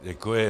Děkuji.